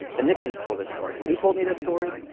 the nixons told this story. when he told me this story,